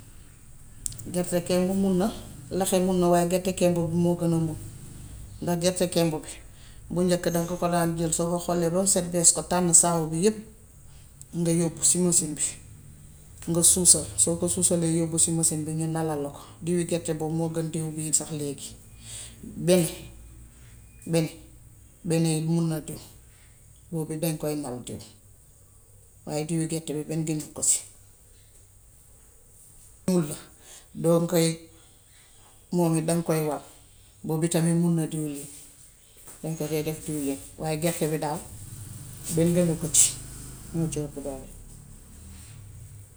Gerte kemb mun na. Laxe mun na waaye gerte kemb moo gën a mun ndax gerte kemb bi. bu njëkka daŋ ko daan jël, soo ko xollee bam set, bees ko, tànn saabu bi yépp, nga yóbbu si masin bi, nga suusal. Soo ko suusalee yóbbu ci mësin bi, ñu nalal la ko. Diwu gerte booobu, moo gën diw bii sax léegi. Bene bene bene it mun na diw. Boobu tam dañ koy nal diw. Waaye diwu gerte bi benn gënu ko si. Uul la, doo koy, moom it daŋ koy wal. Boobi tamit mun na diwlin. Daŋ ko dee def diwlin. Waaye gerte bi daal, benn gënu ko ci. Moo ci ëpp doole.